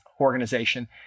organization